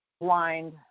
blind